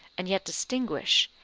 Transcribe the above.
and yet distinguish,